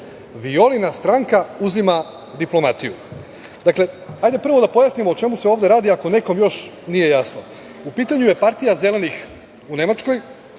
Violina stranka uzima diplomatiju. Dakle, hajde prvo da pojasnimo o čemu se ovde radi ako nekom još nije jasno. U pitanju je Partija zelenih u Nemačkoj,